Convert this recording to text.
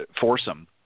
foursome